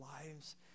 lives